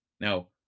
Now